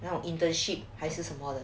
然后 internship 还是什么的